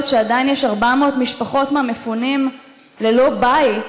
שעדיין יש 400 משפחות מהמפונים ללא בית,